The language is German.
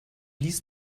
ließ